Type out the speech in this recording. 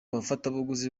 abafatabuguzi